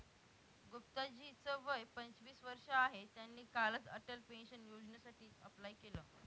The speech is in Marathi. गुप्ता जी च वय पंचवीस वर्ष आहे, त्यांनी कालच अटल पेन्शन योजनेसाठी अप्लाय केलं